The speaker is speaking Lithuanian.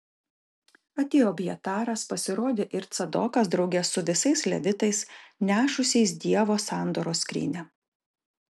atėjo abjataras pasirodė ir cadokas drauge su visais levitais nešusiais dievo sandoros skrynią